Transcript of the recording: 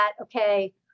okay